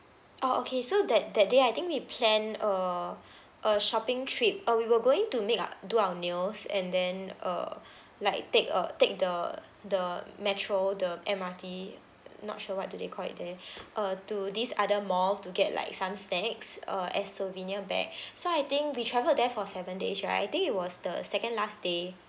oh okay so that that day I think we planned a a shopping trip uh we were going to make our do our nails and then err like take a take the the metro the M_R_T not sure what do they call it there uh to this other mall to get like some snacks uh as souvenir back so I think we travelled there for seven days right I think it was the second last day